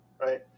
right